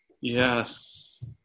yes